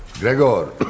Gregor